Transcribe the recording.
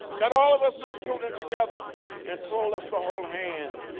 got all of us little children together and told us to hold hands.